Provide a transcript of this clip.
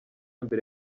mbere